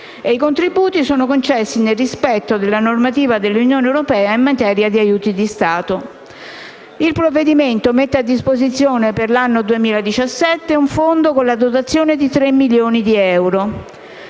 che sono concessi nel rispetto della normativa dell'Unione europea in materia di aiuti di Stato. Il provvedimento mette a disposizione per l'anno 2017 un fondo con una dotazione pari a 3 milioni di euro.